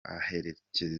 aherutse